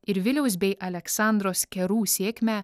ir viliaus bei aleksandros kerų sėkmę